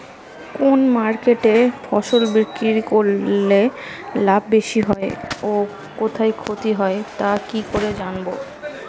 কোন মার্কেটে ফসল বিক্রি করলে লাভ বেশি হয় ও কোথায় ক্ষতি হয় তা কি করে জানবো?